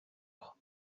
خوب